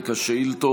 השר אבי ניסנקורן.